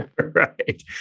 Right